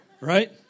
right